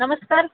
नमस्कार